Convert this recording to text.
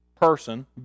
person